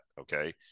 okay